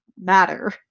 matter